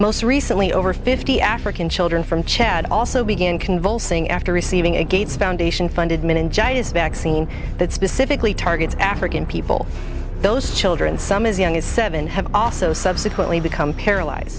most recently over fifty african children from chad also began convulsing after receiving a gates foundation funded meningitis vaccine that specifically targets african people those children some as young as seven have also subsequently become paralyzed